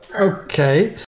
Okay